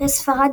אחרי ספרד,